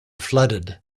flooded